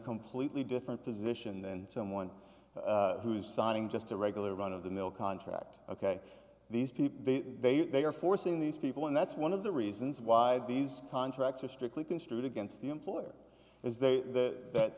completely different position than someone who's signing just a regular run of the mill contract ok these people they they they are forcing these people and that's one of the reasons why these contracts are strictly construed against the employer is they that